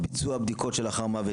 ביצוע הבדיקות שלאחר המוות,